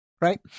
Right